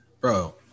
Bro